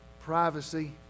privacy